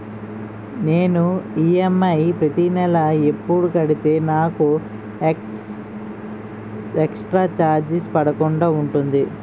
నేను ఈ.ఎమ్.ఐ ప్రతి నెల ఎపుడు కడితే నాకు ఎక్స్ స్త్ర చార్జెస్ పడకుండా ఉంటుంది?